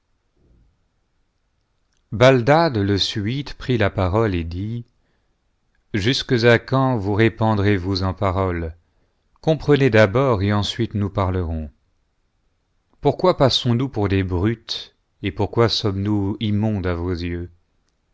baldad le subite pnt la parole e t dit jusques à quand vous répandrezvoiis en paroles comprenez d'abord et ensuite nous parlerons pourquoi passons-nous pour des brutes et pourquoi sommes-nous immondes à vos j'eux